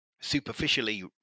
superficially